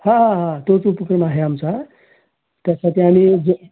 हां हां हां तोच उपक्रम आहे आमचा त्यासाठी आम्ही जे